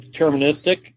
deterministic